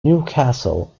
newcastle